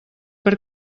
per